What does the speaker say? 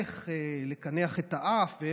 איך לקנח את האף,